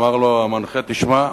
אמר לו המנחה: תשמע,